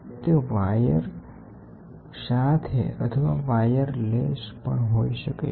તે વાયર સાથે અથવા વાયરલેસ પણ હોઈ શકે છે